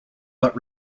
but